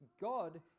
god